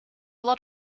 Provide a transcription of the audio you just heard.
lot